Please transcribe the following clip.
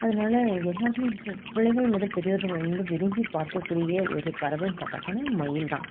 அதனால எல்லாேருமே பிள்ளைகள் முதல் பெரியோர்கள் வந்து விரும்பி பார்க்கக்கூடிய ஒரு பறவைன்னு பார்த்தாக்கா மயில் தான்